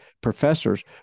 professors